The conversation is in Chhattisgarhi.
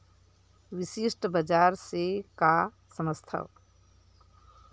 विशिष्ट बजार से का समझथव?